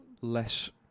less